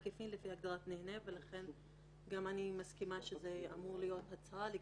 הוא בכל מקרה צריך להצהיר לך הן על הפעילות